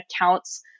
accounts